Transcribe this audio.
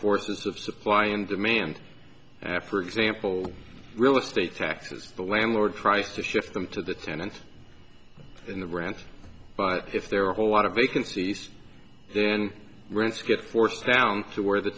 forces of supply and demand for example real estate taxes the landlord tries to shift them to the tenant in the ranch but if there are a whole lot of vacancies then rents get forced down to where the